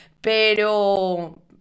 pero